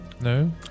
No